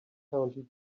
county